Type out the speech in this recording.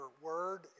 word